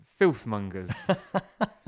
Filthmongers